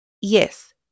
Yes